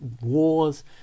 wars